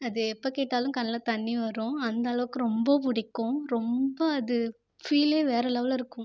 அது எப்போ கேட்டாலும் கண்ணில் தண்ணி வரும் அந்த அளவுக்கு ரொம்ப பிடிக்கும் ரொம்ப அது ஃபீலே வேறு லெவலில் இருக்கும்